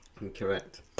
Incorrect